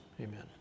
amen